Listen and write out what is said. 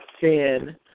sin